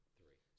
three